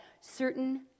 certain